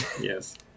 Yes